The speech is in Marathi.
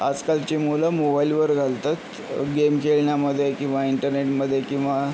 आजकालची मुलं मोबाईलवर घालतात गेम खेळण्यामध्ये किंवा इंटरनेटमध्ये किंवा